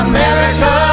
America